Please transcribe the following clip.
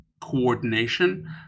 coordination